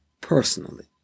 personally